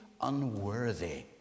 unworthy